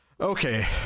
Okay